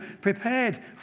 prepared